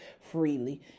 freely